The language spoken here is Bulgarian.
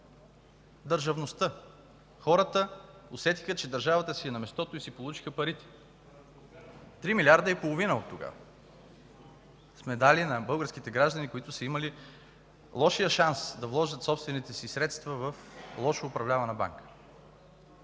държавността – хората усетиха, че държавата си е на мястото и си получиха парите. Три милиарда и половина оттогава сме дали на българските граждани, които са имали лошия шанс да вложат собствените си средства в лошо управлявана банка.